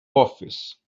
office